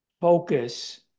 focus